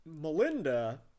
Melinda –